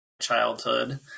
childhood